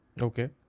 Okay